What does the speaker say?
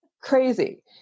crazy